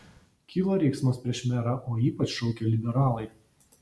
kilo riksmas prieš merą o ypač šaukė liberalai